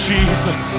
Jesus